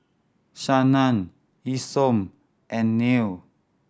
Shannan Isom and Neil